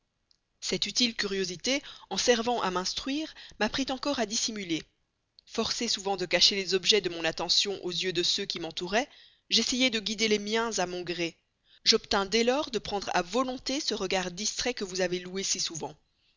cette utile curiosité en servant à m'instruire m'apprit encore à dissimuler forcée souvent de cacher les objets de mon attention aux yeux qui m'entouraient j'essayai de guider les miens à mon gré j'obtins dès lors de prendre à volonté ce regard distrait que depuis vous avez loué si souvent